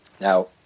Now